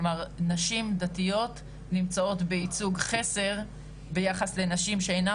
כלומר נשים דתיות נמצאות בייצוג חסר ביחס לנשים שאינן